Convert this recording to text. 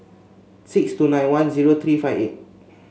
six two nine one zero three five eight